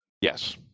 Yes